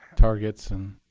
target's and